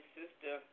sister